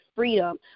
freedom